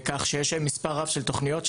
יש מספר רב של תוכניות,